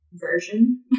version